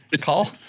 Call